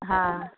ಹಾಂ